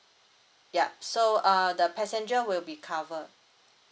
yup so uh the passenger will be covered